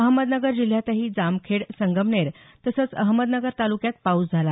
अहमदनगर जिल्ह्यातही जामखेड संगमनेर तसंच अहमदनगर ताल्क्यात पाऊस झाला